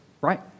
right